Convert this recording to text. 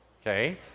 okay